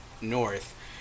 north